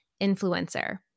influencer